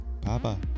Papa